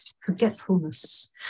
forgetfulness